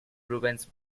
rubens